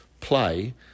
play